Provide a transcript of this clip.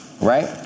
Right